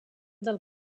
del